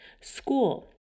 school